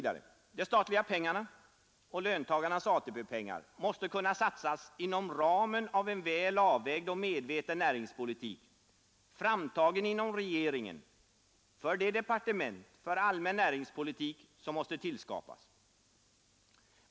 De statliga pengarna och löntagarnas ATP-pengar måste kunna satsas inom ramen av en väl avvägd och medveten näringspolitik, framtagen inom regeringen för det departement för allmän näringspolitik som måste tillskapas.